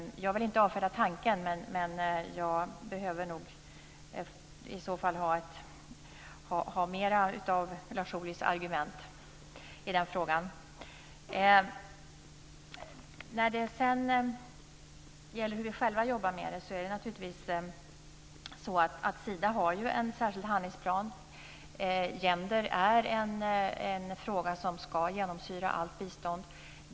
Jag vill inte avfärda tanken, men jag behöver nog mera av argument från Lars Ohly i den frågan. När det sedan gäller hur vi själva jobbar med detta har Sida en särskild handlingsplan. Gender är en fråga som ska genomsyra allt bistånd.